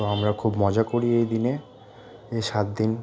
তো আমরা খুব মজা করি এই দিনে এই সাত দিন